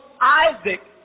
Isaac